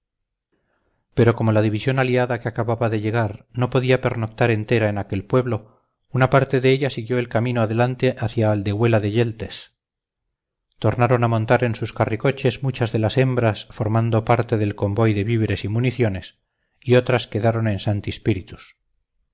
pero como la división aliada que acababa de llegar no podía pernoctar entera en aquel pueblo una parte de ella siguió el camino adelante hacia aldehuela de yeltes tornaron a montar en sus carricoches muchas de las hembras formando parte del convoy de víveres y municiones y otras quedaron en santi spíritus